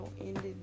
ended